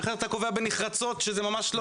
איך אתה קובע בנחרצות שזה ממש לא?